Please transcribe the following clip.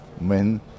men